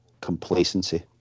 complacency